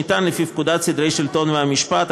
שניתן לפי פקודת סדרי השלטון והמשפט,